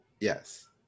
yes